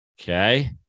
Okay